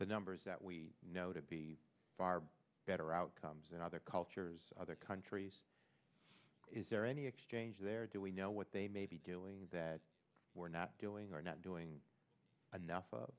the numbers that we know to be far better outcomes in other cultures other countries is there any exchange there do we know what they may be doing that we're not doing or not doing enough